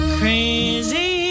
crazy